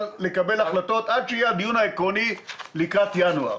לקבל החלטות עד הדיון העקרוני לקראת ינואר.